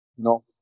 No